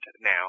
now